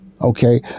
Okay